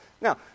Now